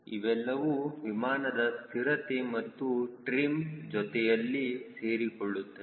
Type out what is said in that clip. ಇವೆಲ್ಲವೂ ವಿಮಾನದ ಸ್ಥಿರತೆ ಮತ್ತು ಟ್ರಿಮ್ ಜೊತೆಯಲ್ಲಿ ಸೇರಿಕೊಳ್ಳುತ್ತವೆ